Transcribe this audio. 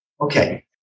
Okay